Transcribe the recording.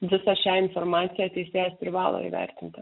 visą šią informaciją teisėjas privalo įvertinti